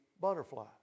Butterfly